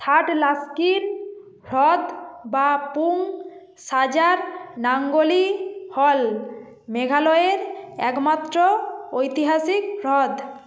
থাডলাস্কিন হ্রদ বা পুঙ সাজার নাঙ্গলি হল মেঘালয়ের একমাত্র ঐতিহাসিক হ্রদ